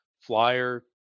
flyer